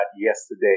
yesterday